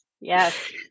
Yes